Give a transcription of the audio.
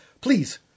Please